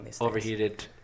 overheated